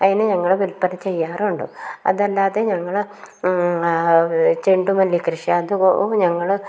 അതിനെ ഞങ്ങൾ വില്പന ചെയ്യാറുണ്ട് അതല്ലാതെ ഞങ്ങൾ ചെണ്ടുമല്ലി കൃഷി അതും ഞങ്ങൾ